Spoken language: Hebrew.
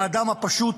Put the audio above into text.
האדם הפשוט,